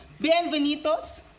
Bienvenidos